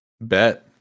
bet